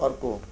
अर्को